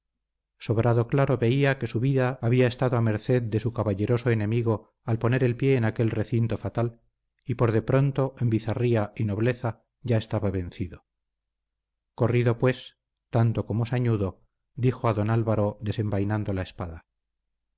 sobrado claro veía que su vida había estado a merced de su caballeroso enemigo al poner el pie en aquel recinto fatal y por de pronto en bizarría y nobleza ya estaba vencido corrido pues tanto como sañudo dijo a don álvaro desenvainando la espada